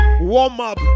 warm-up